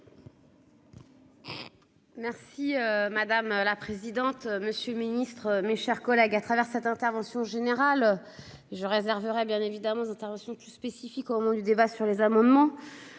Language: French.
Merci madame la présidente. Monsieur le Ministre, mes chers collègues, à travers cette intervention générale. Je réserverai bien évidemment intervention spécifique au moment du débat sur les amendements